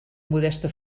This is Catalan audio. modesta